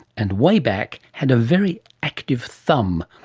and way back had a very active thumb.